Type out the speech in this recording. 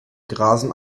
grasen